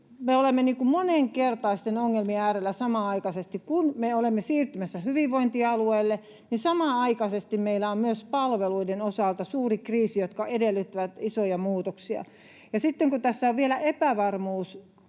me olemme moninkertaisten ongelmien äärellä samanaikaisesti. Kun me olemme siirtymässä hyvinvointialueille, niin samanaikaisesti meillä on myös palveluiden osalta suuri kriisi, joka edellyttää isoja muutoksia. Ja sitten kun tässä on vielä epävarmuus